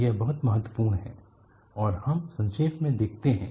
यह बहुत महत्वपूर्ण है और हम संक्षेप में देखते है